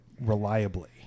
reliably